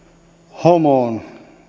homon